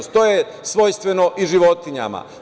To je svojstveno i životinjama.